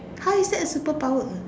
how is that a superpower